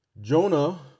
Jonah